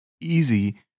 easy